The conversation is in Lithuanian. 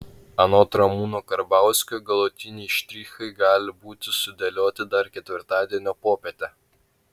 anot ramūno karbauskio galutiniai štrichai gali būti sudėlioti dar ketvirtadienio popietę